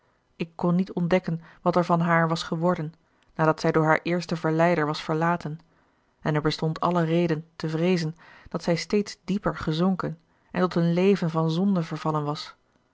ik kon niet ontdekken wat er van haar was geworden nadat zij door haar eersten verleider was verlaten en er bestond alle reden te vreezen dat zij steeds dieper gezonken en tot een leven van zonde vervallen was